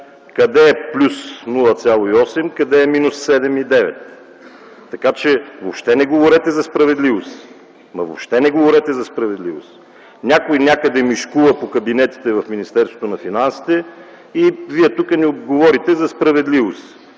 Къде е плюс 0,8, къде е минус 7,9? Така че въобще не говорете за справедливост, ама въобще не говорете за справедливост! Някой някъде мишкува по кабинетите в Министерството на финансите